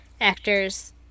actors